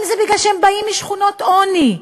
האם זה בגלל שהם באים משכונות עוני?